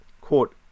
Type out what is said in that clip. quote